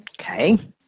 Okay